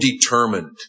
determined